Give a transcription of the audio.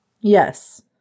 yes